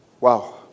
wow